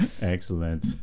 Excellent